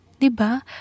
diba